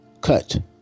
cut